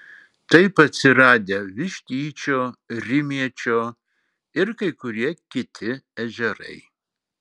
taip atsiradę vištyčio rimiečio ir kai kurie kiti ežerai